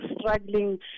struggling